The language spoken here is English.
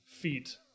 feet